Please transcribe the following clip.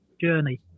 journey